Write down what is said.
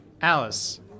Alice